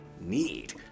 need